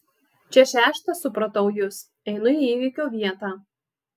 čia šeštas supratau jus einu į įvykio vietą